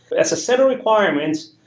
as a set of requirements,